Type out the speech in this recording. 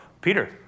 Peter